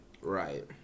Right